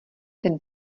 ten